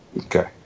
okay